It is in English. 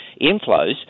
inflows